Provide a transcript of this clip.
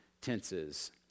tenses